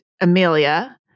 amelia